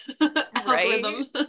algorithm